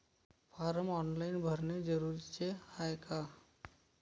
Form online भरने जरुरीचे हाय का?